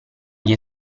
gli